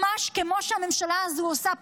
ממש כמו שהממשלה הזו עושה,